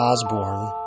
Osborne